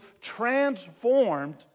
transformed